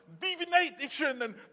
divination